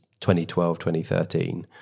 2012-2013